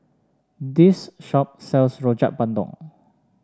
this shop sells Rojak Bandung